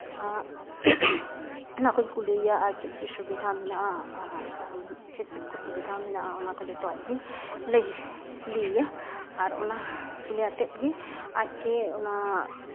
ᱚᱱᱟ ᱠᱚᱧ ᱠᱩᱞᱤᱭᱮᱭᱟ ᱟᱨ ᱪᱮᱫ ᱪᱮᱫ ᱥᱩᱵᱤᱫᱷᱟ ᱢᱮᱱᱟᱜᱼᱟ ᱟᱨ ᱪᱮᱫ ᱪᱮᱫ ᱠᱚ ᱥᱩᱵᱤᱫᱟ ᱢᱮᱱᱟᱜᱼᱟ ᱚᱱᱟ ᱠᱚ ᱡᱚᱛᱚᱣᱟᱜ ᱜᱮᱧ ᱞᱟᱹᱭ ᱠᱩᱞᱤᱭᱮᱭᱟ ᱟᱨ ᱚᱱᱟ ᱠᱩᱞᱤ ᱟᱛᱮᱫ ᱜᱮ ᱚᱱᱟ